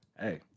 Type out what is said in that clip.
hey